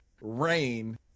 rain